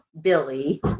Billy